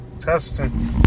testing